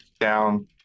down